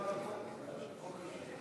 אין סעיפים 1 27